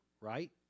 Right